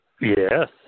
Yes